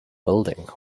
building